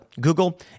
Google